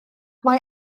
mae